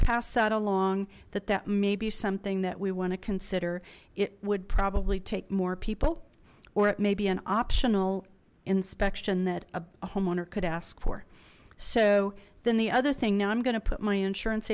passed that along that that may be something that we want to consider it would probably take more people or it may be an optional inspection that a homeowner could ask for so then the other thing now i'm going to put my insurance